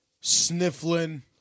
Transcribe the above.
sniffling